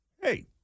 hey